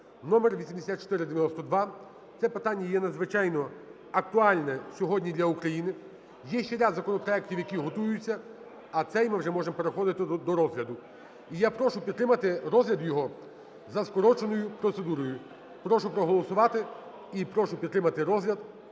(№ 8492). Це питання є надзвичайно актуальне сьогодні для України. Є ще ряд законопроектів, які готуються, а цей ми вже можемо переходити до розгляду. І я прошу підтримати розгляд його за скороченою процедурою. Прошу проголосувати і прошу підтримати розгляд